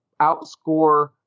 outscore